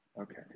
Okay